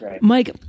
Mike